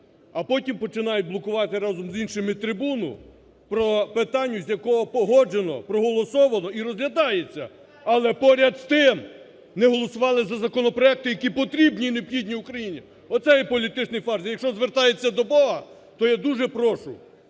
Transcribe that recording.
А потім починають блокувати разом з іншими трибуну по питанню, з якого погоджено, проголосоване і розглядається, але поряд з тим, не голосували за законопроекти, які потрібні і необхідні Україні, оце є політичний фарс. Якщо звертаються до Бога, то я дужу прошу